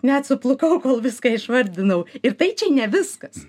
net suplukau kol viską išvardinau ir tai čia ne viskas